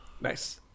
nice